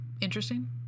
interesting